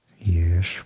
Yes